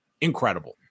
incredible